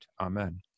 Amen